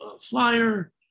flyer